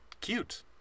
cute